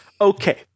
okay